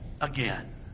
again